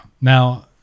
Now